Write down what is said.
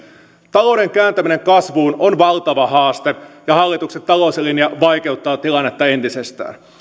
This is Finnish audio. talouden kääntäminen kasvuun on valtava haaste ja hallituksen talouslinja vaikeuttaa tilannetta entisestään